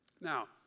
Now